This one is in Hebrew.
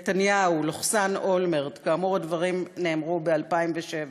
נתניהו/אולמרט, כאמור הדברים נאמרו ב-2007,